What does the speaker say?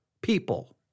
people